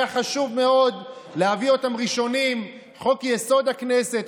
היה חשוב מאוד להביא אותם ראשונים: חוק-יסוד: הכנסת,